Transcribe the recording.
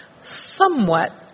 somewhat